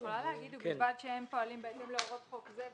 יכולה להגיד "ובלבד שהם פועלים בהתאם להוראות חוק זה",